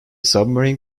submarine